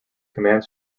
command